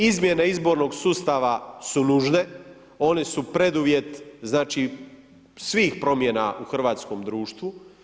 Izmjene izbornog sustava su nužne, one su preduvjet svih promjena u hrvatskom društvu.